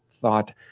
thought